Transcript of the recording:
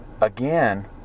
again